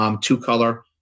two-color